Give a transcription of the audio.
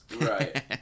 right